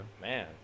Man